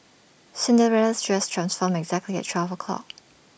Cinderella's dress transformed exactly at twelve o' clock